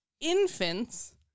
infants